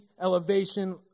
elevation